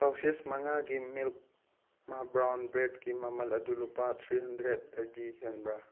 ꯄꯥꯎꯁꯦꯁ ꯃꯉꯥꯒꯤ ꯃꯤꯜꯛ ꯃꯥ ꯕ꯭ꯔꯥꯎꯟ ꯕ꯭ꯔꯦꯗꯀꯤ ꯃꯃꯜ ꯑꯗꯨ ꯂꯨꯄꯥ ꯊ꯭ꯔꯤ ꯍꯟꯗ꯭ꯔꯦꯠ ꯗꯒꯤ ꯍꯦꯟꯕ꯭ꯔꯥ